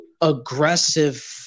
aggressive